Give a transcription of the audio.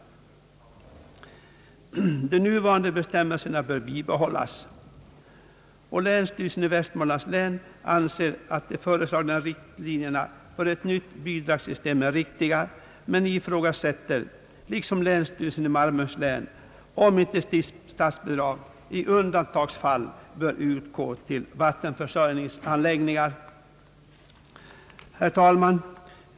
De nuvarande bestämmelserna bör enligt länsstyrelsen behållas. Länsstyrelsen i Västmanlands län anser att de föreslagna riktlinjerna för ett nytt bidragssystem är riktiga men ifrågasätter liksom länsstyrelsen i Malmöhus län om inte statsbidrag i undantagsfall bör utgå till vattenförsörjningsanläggningar. Herr talman!